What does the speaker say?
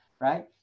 Right